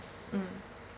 mm